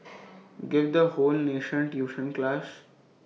give the whole nation tuition class